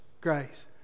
grace